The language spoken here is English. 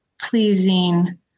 pleasing